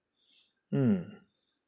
mm